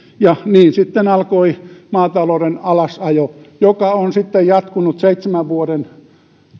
ja niin sitten alkoi maatalouden alasajo joka on sitten jatkunut seitsemän vuoden